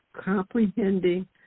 comprehending